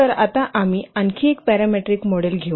तर आता आम्ही आणखी एक पॅरामीट्रिक मॉडेल घेऊ